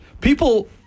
People